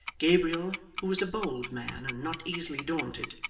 gabriel, who was a bold man and not easily daunted,